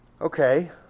okay